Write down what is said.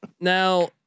Now